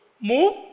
move